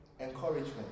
Encouragement